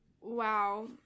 wow